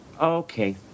Okay